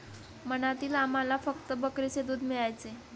मनालीत आम्हाला फक्त बकरीचे दूध मिळायचे